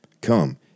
Come